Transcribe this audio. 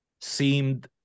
seemed